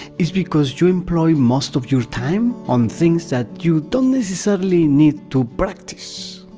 is because you employ most of your time on things that you don't necessarily need to practice.